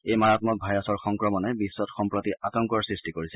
এই মাৰাম্মক ভাইৰাছৰ সংক্ৰমণে বিশ্বত সম্প্ৰতি আতংকৰ সৃষ্টি কৰিছে